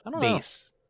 base